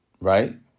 right